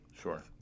Sure